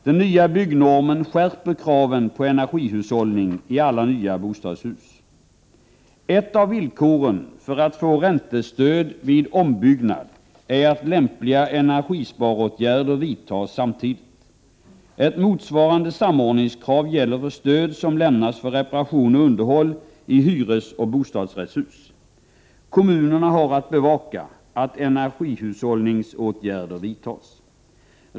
Den nya byggnormen skärper kraven på energihushållning i alla nya bostadshus. Ett av villkoren för att få räntestöd vid ombyggnad är att lämpliga energisparåtgärder vidtas samtidigt. Ett motsvarande samordningskrav gäller för stöd som lämnas för reparation och underhåll i hyresoch bostadsrättshus. Kommunerna har att bevaka att energihushållningsåtgärder vidtas.